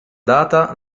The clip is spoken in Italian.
data